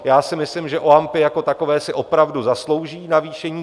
Já si myslím, že OAMPy jako takové si opravdu zaslouží navýšení.